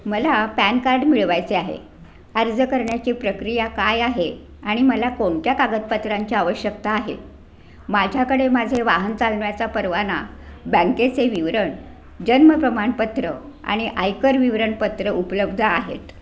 मला PAN card मिळवायचे आहे अर्ज करण्याची प्रक्रिया काय आहे आणि मला कोणत्या कागदपत्रांची आवश्यकता आहे माझ्याकडे माझे वाहन चालण्याचा परवाना बँकेचे विवरण जन्म प्रमाणपत्र आणि आयकर विवरण पत्र उपलब्ध आहेत